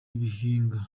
ibihingwa